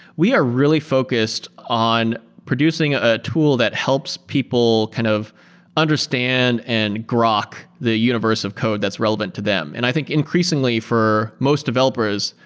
we are really focused on producing a tool that helps people kind of understand and grok the universe of code that's relevant to them. and i think, increasingly, for most developers,